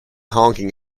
honking